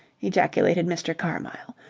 ejaculated mr. carmyle.